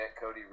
Cody